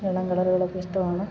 ഇളം കളറുകളൊക്കെ ഇഷ്ടമാണ്